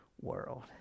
world